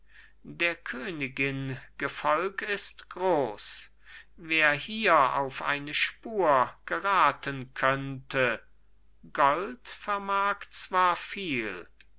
der königin gefolg ist groß wer hier auf eine spur geraten könnte gold vermag zwar viel